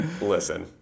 Listen